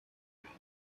байна